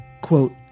Quote